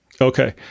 Okay